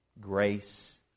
grace